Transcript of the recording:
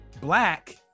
Black